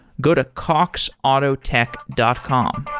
go to coxautotech dot com.